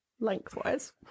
Lengthwise